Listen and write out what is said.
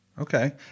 Okay